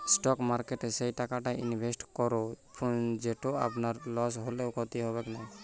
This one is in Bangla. স্টক মার্কেটে সেই টাকাটা ইনভেস্ট করো যেটো আপনার লস হলেও ক্ষতি হবেক নাই